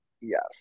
Yes